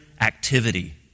activity